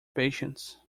patients